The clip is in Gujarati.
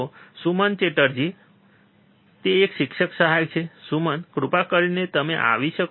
તો સુમન ચેટર્જી તે એક શિક્ષણ સહાયક છે સુમન કૃપા કરીને તમે આવી શકો